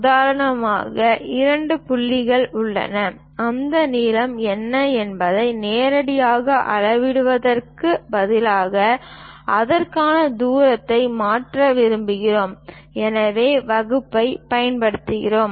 உதாரணமாக இரண்டு புள்ளிகள் உள்ளன அந்த நீளம் என்ன என்பதை நேரடியாக அளவிடுவதற்கு பதிலாக அதற்கான தூரத்தை மாற்ற விரும்புகிறோம் எனவே வகுப்பினைப் பயன்படுத்துகிறோம்